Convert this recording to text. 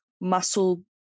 muscle